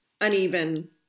uneven